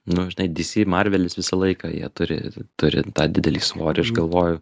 nu žinai dy sy marvelis visą laiką jie turi turi tą didelį svorį aš galvoju